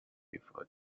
before